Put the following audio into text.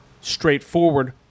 straightforward